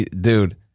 Dude